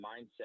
mindset